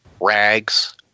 rags